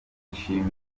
yishimiye